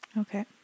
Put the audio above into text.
Okay